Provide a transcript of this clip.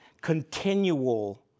continual